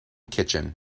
kitchen